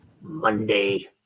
Monday